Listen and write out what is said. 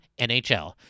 NHL